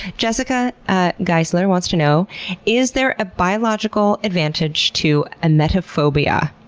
jessica ah geisler wants to know is there a biological advantage to emetophobia?